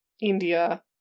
India